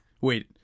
Wait